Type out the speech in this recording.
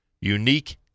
Unique